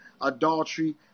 adultery